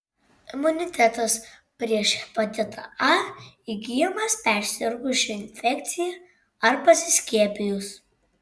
imunitetas prieš hepatitą a įgyjamas persirgus šia infekcija ar pasiskiepijus